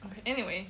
okay anyway